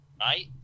right